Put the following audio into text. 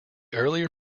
earlier